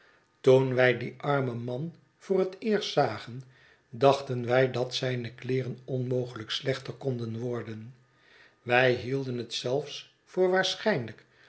toen wij dien arm en man voor het eerst zagen dachten wij dat zijne kleeren onmogeiijk slechter konden worden wij hielden het zelfs voor